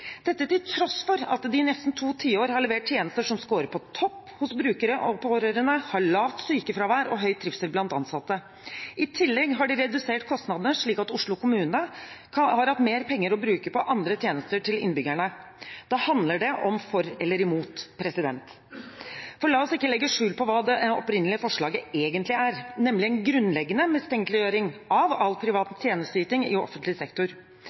dette til tross for at de i nesten to tiår har levert tjenester som scorer på topp hos brukere og pårørende, har lavt sykefravær og høy trivsel blant ansatte. I tillegg har de redusert kostnadene, slik at Oslo kommune har hatt mer penger å bruke på andre tjenester til innbyggerne. Da handler det om for eller imot. For la oss ikke legge skjul på hva det opprinnelige forslaget egentlig er, nemlig en grunnleggende mistenkeliggjøring av all privat tjenesteyting i offentlig sektor.